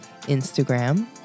Instagram